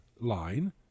line